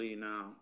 now